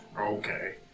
Okay